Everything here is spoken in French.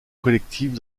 collectives